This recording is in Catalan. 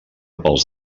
pels